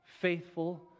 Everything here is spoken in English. faithful